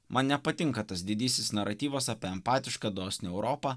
man nepatinka tas didysis naratyvas apie empatišką dosnią europą